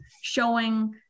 showing